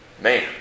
man